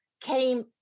came